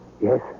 Yes